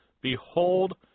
Behold